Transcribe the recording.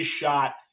shot